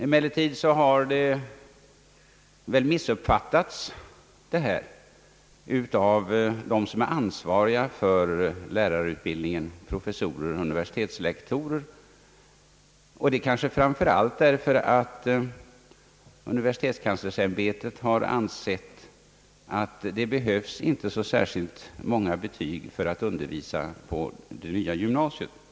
Emellertid har väl detta måhända missuppfattats av dem som är ansvariga för lärarutbildningen — professorer och universitetslektorer — och kanske framför allt därför att UKÄ har ansett att det inte behövs så särskilt många betyg för att undervisa på det nya gymnasiet.